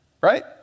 Right